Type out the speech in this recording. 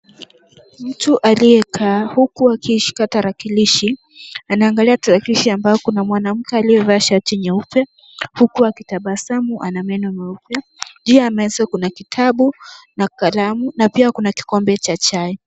Mtu aliyekaa huku akishika tarakilishi anaangalia tarakilishi ambayo kuna mwanamke aliyevaa shati nyeupe huku akitabasamu na ana meno meupe. Juu ya meza kuna kitabu na kalamu na pia kuna kikombe cha chai.